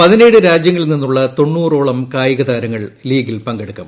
പതിനേഴ് രാജൃങ്ങളിൽ നിന്നുള്ള തൊണ്ണൂറോളം കായിക താരങ്ങൾ ലീഗിൽ പങ്കെടുക്കും